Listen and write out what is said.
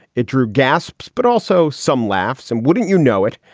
it drew gasps, but also some laughs. and wouldn't you know it?